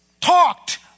talked